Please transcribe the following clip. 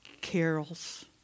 carols